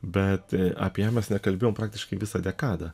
bet apie ją mes nekalbėjom praktiškai visą dekadą